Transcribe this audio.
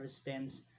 stands